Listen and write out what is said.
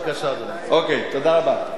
אוקיי, תודה רבה.